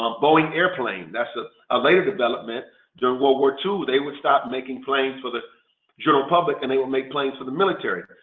um boeing airplane, that's a ah later development during world war two, they would stop making planes for the general public and they would make planes for the military.